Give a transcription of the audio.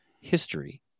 history